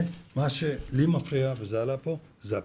מה שלי מפריע, וזה עלה פה, זה הפיקוח.